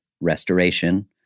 restoration